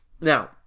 Now